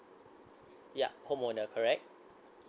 ya home owner correct